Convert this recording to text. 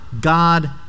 God